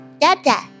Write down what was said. da-da